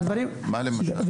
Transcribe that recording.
מה למשל?